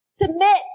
Submit